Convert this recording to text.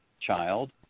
child